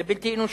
זה בלתי אנושי.